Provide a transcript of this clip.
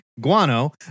guano